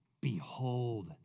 Behold